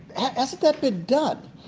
hasn't that been done?